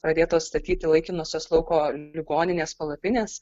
pradėtos statyti laikinosios lauko ligoninės palapinės